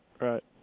right